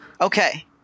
Okay